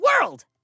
world